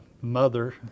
mother